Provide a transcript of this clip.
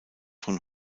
von